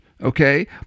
okay